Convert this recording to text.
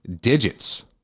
digits